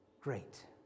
great